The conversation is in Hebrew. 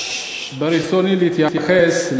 ברצוני להתייחס,